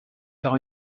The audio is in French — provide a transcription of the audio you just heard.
par